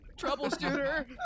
troubleshooter